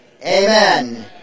amen